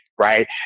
right